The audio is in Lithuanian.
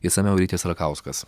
išsamiau rytis rakauskas